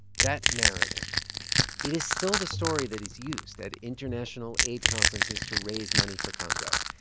that narrative it is still the story that is used at international aid conferences to raise money for congo.